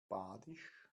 badisch